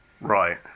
Right